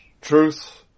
truth